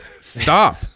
stop